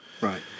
Right